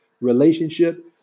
relationship